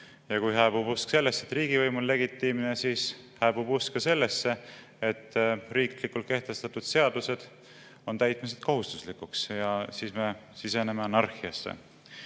Ja kui hääbub usk sellesse, et riigivõim on legitiimne, siis hääbub usk ka sellesse, et riiklikult kehtestatud seadused on täitmiseks kohustuslikud, ja siis me siseneme anarhiasse.